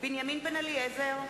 בנימין בן-אליעזר,